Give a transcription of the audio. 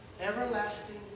everlasting